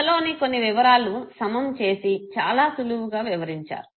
కధలోని కొన్ని వివరాలు సమం చేసి చాలా సులువుగా వివరించారు